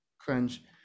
Cringe